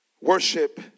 worship